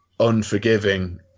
unforgiving